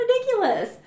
ridiculous